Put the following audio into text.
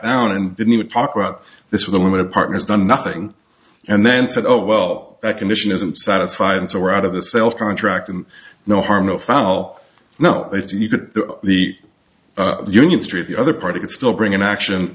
down and didn't even talk about this with a limited partners done nothing and then said oh well that condition isn't satisfied and so we're out of the sales contract and no harm no foul now if you could the union street the other party could still bring an action